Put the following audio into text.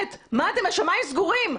השמיים סגורים.